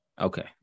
Okay